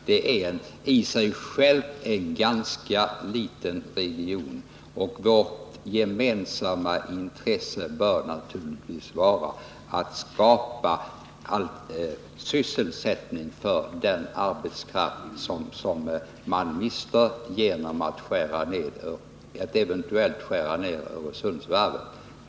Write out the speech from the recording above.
Den är i sig själv en ganska liten region, och vårt gemensamma intresse bör naturligtvis vara att skapa sysselsättning för den arbetskraft som regionen mister genom att Öresundsvarvet eventuellt skärs ned.